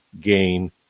gain